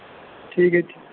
ਠੀਕ ਹੈ ਜੀ